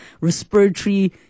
respiratory